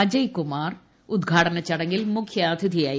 അജയകുമാർ ഉദ്ഘാടന ചടങ്ങിൽ മുഖ്യാതിഥിയായിരുന്നു